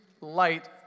light